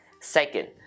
Second